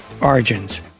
Origins